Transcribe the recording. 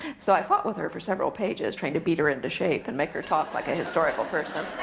so i fought with her for several pages, trying to beat her into shape and make her talk like a historical person.